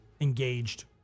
engaged